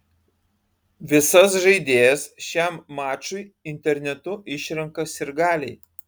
visas žaidėjas šiam mačui internetu išrenka sirgaliai